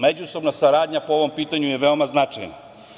Međusobna saradnja po ovom pitanju je veoma značajna.